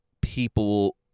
people